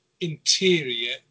interior